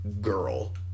girl